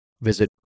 visit